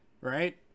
right